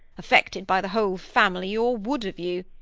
affected by the whole family or wood of you,